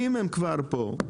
אם הם כבר פה,